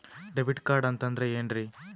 Debit card ಅಂತಂದ್ರೆ ಏನ್ರೀ?